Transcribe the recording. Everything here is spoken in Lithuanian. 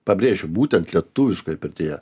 pabrėžiu būtent lietuviškoj pirtyje